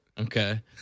okay